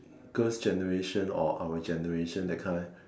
girls generation or our generation that kind